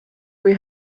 kui